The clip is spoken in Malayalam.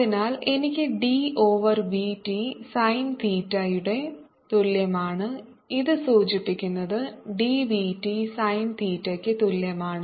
അതിനാൽ എനിക്ക് d over v t sine തീറ്റയുടെ തുല്യമാണ് ഇത് സൂചിപ്പിക്കുന്നത് d v t സൈൻ തീറ്റയ്ക്ക് തുല്യമാണ്